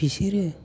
बिसोरो